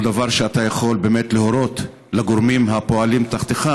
דבר שאתה יכול באמת להורות לגורמים הפועלים תחתיך,